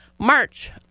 March